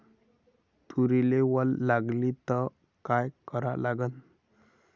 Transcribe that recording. तुरीले वल लागली त का करा लागन?